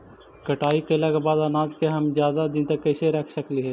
कटाई कैला के बाद अनाज के हम ज्यादा दिन तक कैसे रख सकली हे?